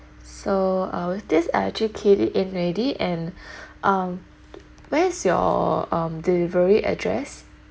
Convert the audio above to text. so I will this I actually keyed it in already and um where is your um delivery address